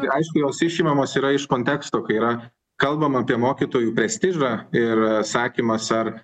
tai aišku jos išimamos yra iš konteksto kai yra kalbam apie mokytojų prestižą ir sakymas ar